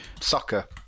soccer